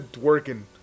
working